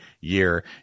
year